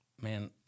man